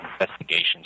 investigations